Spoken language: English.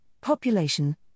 population